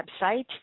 website